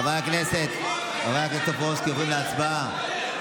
חבר הכנסת טופורובסקי, אנחנו עוברים להצבעה.